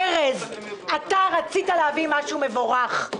ארז, רצית להביא משהו מבורך,